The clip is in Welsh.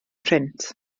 print